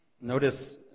Notice